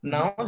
Now